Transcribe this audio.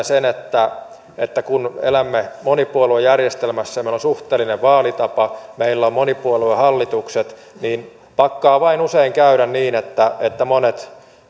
sen että että kun elämme monipuoluejärjestelmässä ja meillä on suhteellinen vaalitapa meillä on monipuoluehallitukset niin pakkaa vain usein käymään niin että että monet